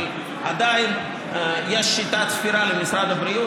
אבל עדיין יש שיטת ספירה למשרד הבריאות.